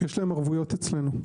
יש להם ערבויות אצלנו.